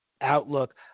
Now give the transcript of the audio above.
outlook